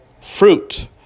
fruit